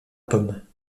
pomme